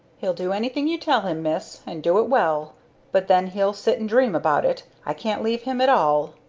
he'll do anything you tell him, miss, and do it well but then he'll sit and dream about it i can't leave him at all.